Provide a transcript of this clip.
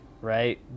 right